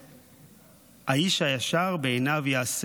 שאיש הישר בעיניו יעשה,